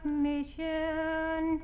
mission